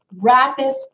rapid